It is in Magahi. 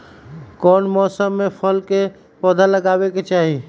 कौन मौसम में फल के पौधा लगाबे के चाहि?